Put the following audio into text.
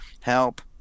help